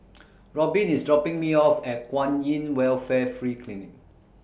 Robyn IS dropping Me off At Kwan in Welfare Free Clinic